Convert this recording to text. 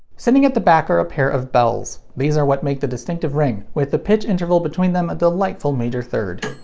sitting at the back are a pair of bells. these are what make the distinctive ring, with the pitch interval between them a delightful major third.